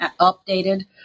updated